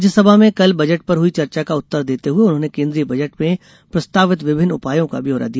राज्यसभा में कल बजट पर हई चर्चा का उत्तर देते हुए उन्होंने केन्द्रीय बजट में प्रस्तावित विभिन्न उपायों का ब्यौरा दिया